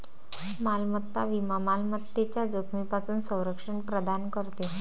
मालमत्ता विमा मालमत्तेच्या जोखमीपासून संरक्षण प्रदान करते